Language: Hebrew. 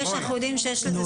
זה לא כך.